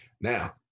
Now